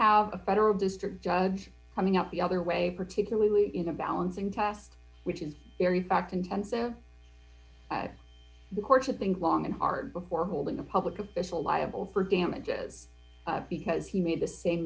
have a federal district judge coming out the other way particularly in a balancing test which is very fact intensive the court should think long and hard before holding a public official liable for damages because he made the same